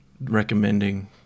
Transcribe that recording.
recommending